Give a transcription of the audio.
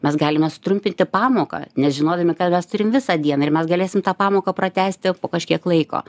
mes galime sutrumpinti pamoką nes žinodami kad mes turim visą dieną ir mes galėsim tą pamoką pratęsti po kažkiek laiko